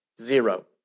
Zero